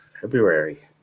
February